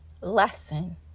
lesson